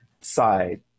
side